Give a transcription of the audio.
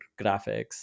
graphics